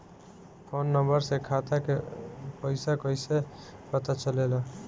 Phone number से खाता के पइसा कईसे पता चलेला?